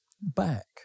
back